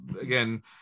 Again